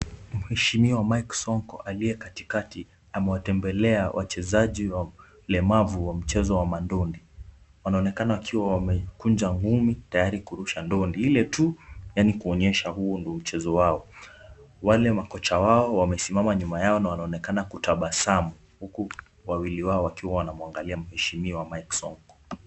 Mheshimiwa Mike Sonko aliye katikati amewatembelea wachezaji walemavu wa mchezo wa mandondi. Wanaonekana wakiwa wamekunja ngumi tayari kurusha ndondi. Ile tu yaani kuonyesha huo ndio mchezo wao. Wale makocha wao wamesimama nyuma yao na wanaonekana kutabasamu huku wawili wao wakiwa wanamwangalia mheshimiwa Mike Sonko.